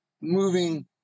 moving